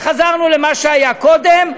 וחזרנו למה שהיה קודם,